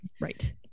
Right